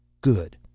Good